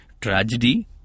Tragedy